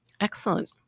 Excellent